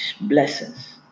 Blessings